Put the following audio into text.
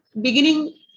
beginning